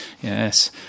Yes